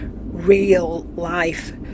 real-life